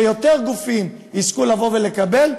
שיותר גופים יזכו לבוא ולקבל,